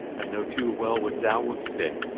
i know too well what thou wouldst say.